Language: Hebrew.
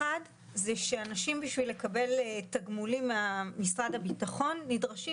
אחת היא שאנשים בשביל לקבל תגמולים ממשרד הביטחון נדרשים